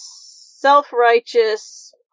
self-righteous